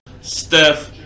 Steph